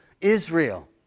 Israel